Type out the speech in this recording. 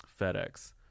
FedEx